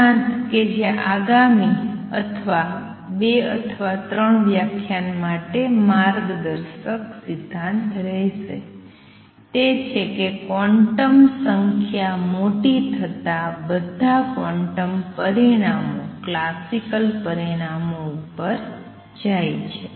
સિદ્ધાંત કે જે આગામી અથવા બે અથવા ત્રણ વ્યાખ્યાન માટે માર્ગદર્શક સિદ્ધાંત રહેશે તે છે કે ક્વોન્ટમ સંખ્યા મોટી થતાં બધા ક્વોન્ટમ પરિણામો ક્લાસિકલ પરિણામો પર જાય છે